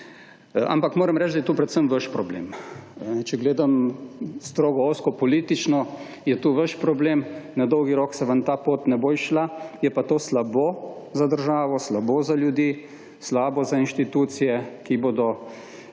Ampak moram reči, da je to predvsem vaš problem. Če gledam strogo ozko politično je to vaš problem, na dolgi rok se vam ta pot ne bo izšla, je pa to slabo za državo, slabo za ljudi, slabo za inštitucije, ki bodo